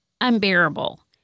unbearable